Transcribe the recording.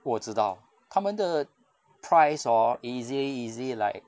我知道他们的 price hor easy easy like